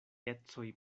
ecoj